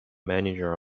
manager